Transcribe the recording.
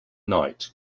night